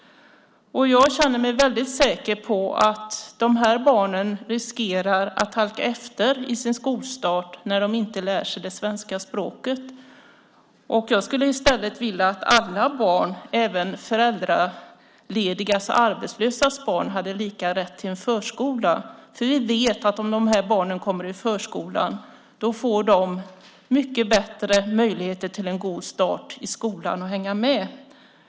Jag är mycket säker på att dessa barn riskerar att halka efter i sin svenska skolstart när de inte lär sig det svenska språket. Jag skulle i stället vilja att alla barn, även föräldraledigas och arbetslösas barn, hade lika rätt till förskola. Vi vet att om barnen kommer i förskolan får de bättre möjligheter till en god start i skolan.